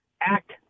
act